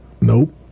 nope